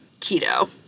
Keto